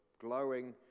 glowing